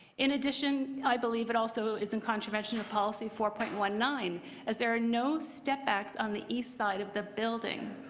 in addition, i believe it also is in contravention of policy four point nine as there are no setbacks on the east side of the building.